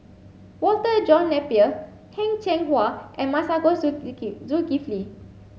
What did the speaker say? Walter John Napier Heng Cheng Hwa and Masagos Zulkifli